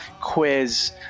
quiz